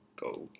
go